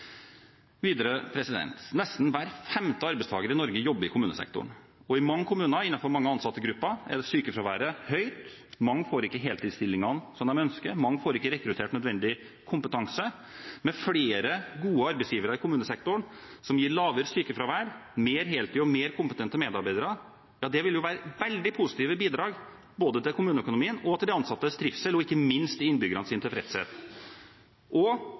Nesten hver femte arbeidstager i Norge jobber i kommunesektoren. I mange kommuner, og innenfor mange ansattgrupper, er sykefraværet høyt. Mange får ikke heltidsstillingene de ønsker, og mange får ikke rekruttert nødvendig kompetanse. Flere gode arbeidsgivere i kommunesektoren – som gir lavere sykefravær, mer heltid og mer kompetente medarbeidere – ville være et veldig positivt bidrag til både kommuneøkonomien, de ansattes trivsel og ikke minst innbyggernes tilfredshet. Og